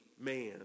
man